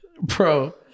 bro